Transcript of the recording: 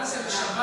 בשבת,